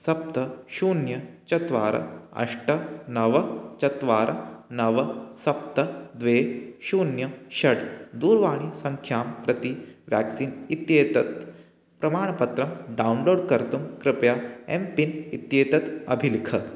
सप्त शून्यं चत्वारि अष्ट नव चत्वारि नव सप्त द्वे शून्यं षट् दूरवाणीसङ्ख्यां प्रति व्याक्सीन् इत्येतत् प्रमाणपत्रं डौन्लोड् कर्तुं कृपया एम् पिन् इत्येतत् अभिलिख